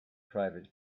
private